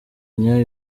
nywa